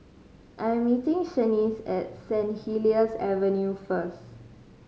I'm meeting Shaniece at St Helier's Avenue first